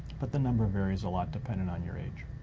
but the number of varies a lot depending on your age.